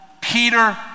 Peter